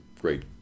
great